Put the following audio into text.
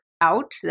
out